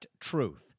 Truth